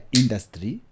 industry